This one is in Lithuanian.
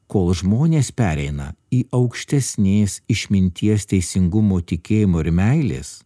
kol žmonės pereina į aukštesnės išminties teisingumo tikėjimo ir meilės